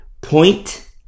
point